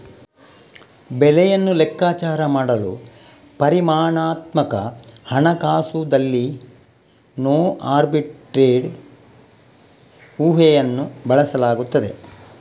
ಬೆಲೆಯನ್ನು ಲೆಕ್ಕಾಚಾರ ಮಾಡಲು ಪರಿಮಾಣಾತ್ಮಕ ಹಣಕಾಸುದಲ್ಲಿನೋ ಆರ್ಬಿಟ್ರೇಜ್ ಊಹೆಯನ್ನು ಬಳಸಲಾಗುತ್ತದೆ